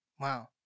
Wow